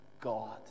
God